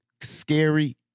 scary